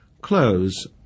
close